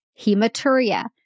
hematuria